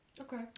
Okay